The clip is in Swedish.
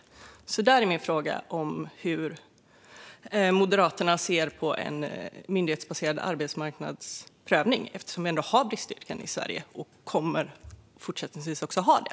Hur ser Moderaterna på en myndighetsbaserad arbetsmarknadsprövning med tanke på att vi har bristyrken i Sverige och även fortsättningsvis kommer att ha det?